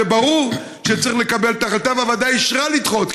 וברור שצריך לקבל את ההחלטה והוועדה אישרה לדחות,